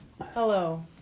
Hello